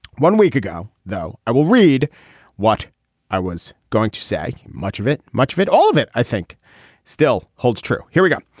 one week ago though i will read what i was going to say. much of it much of it all of it i think still holds true. here we go.